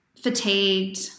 fatigued